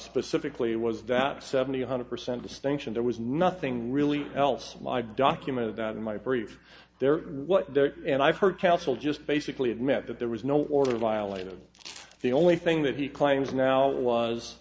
specifically was that seventy one hundred percent distinction there was nothing really else like document that in my brief there and i've heard counsel just basically admit that there was no order violated the only thing that he claims now